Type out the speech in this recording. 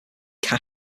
cache